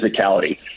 physicality